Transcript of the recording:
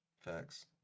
Facts